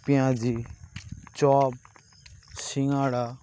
পেঁয়াজি চপ সিঙ্গাড়া